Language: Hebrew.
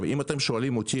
אם אתם שואלים אותי,